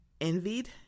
envied